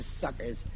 suckers